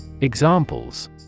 Examples